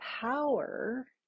power